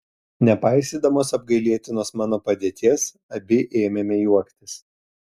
nepaisydamos apgailėtinos mano padėties abi ėmėme juoktis